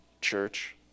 church